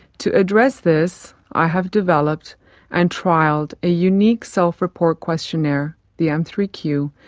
to address this, i have developed and trialled a unique self-report questionnaire, the m three q,